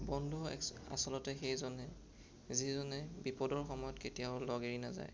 বন্ধু একচ আচলতে সেইজনহে যিজনে বিপদৰ সময়ত কেতিয়াও লগ এৰি নাযায়